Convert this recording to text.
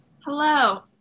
Hello